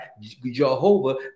Jehovah